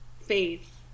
faith